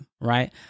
Right